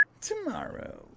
tomorrow